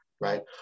right